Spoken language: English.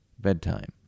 bedtime